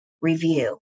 review